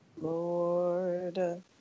Lord